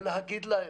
ולהגיד להם: